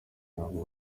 ntabwo